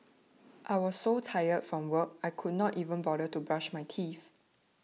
I was so tired from work I could not even bother to brush my teeth